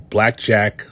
Blackjack